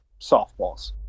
softballs